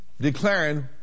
declaring